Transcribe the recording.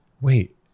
wait